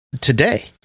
today